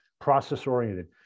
process-oriented